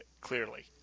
clearly